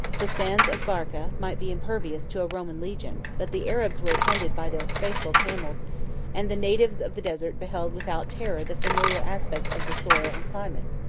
the sands of barca might be impervious to a roman legion but the arabs were attended by their faithful camels and the natives of the desert beheld without terror the familiar aspect of the soil and climate.